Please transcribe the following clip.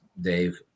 Dave